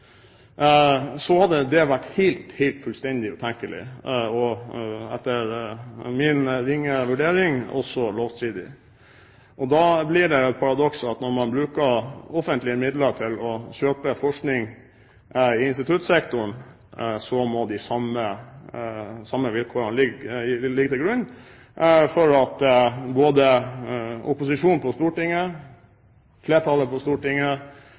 hadde vært fullstendig utenkelig og etter min ringe vurdering også lovstridig. Da blir det et paradoks at når man bruker offentlige midler til å kjøpe forskning i instituttsektoren, må de samme vilkårene ligge til grunn for at både opposisjonen på Stortinget, flertallet på Stortinget,